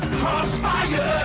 crossfire